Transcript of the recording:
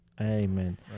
amen